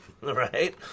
Right